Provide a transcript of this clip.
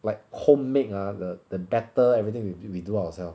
like home make ah the the batter everything we we do ourselves